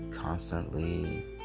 constantly